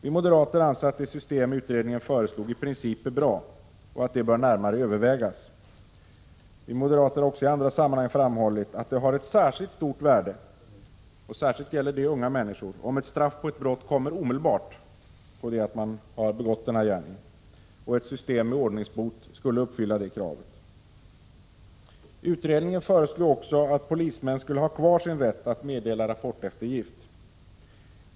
Vi moderater anser att det system som utredningen föreslog i princip är bra och att det närmare bör övervägas. Vi moderater har också i andra sammanhang framhållit att det har ett särskilt stort värde — särskilt gäller detta unga människor — om ett straff på ett brott kommer omedelbart efter det att man har begått gärningen. Ett system med ordningsbot skulle uppfylla det kravet. Utredningen föreslog också att polismän skulle ha kvar sin rätt att meddela rapporteftergift.